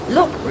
Look